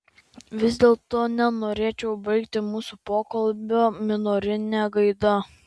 vis dėlto nenorėčiau baigti mūsų pokalbio minorine gaida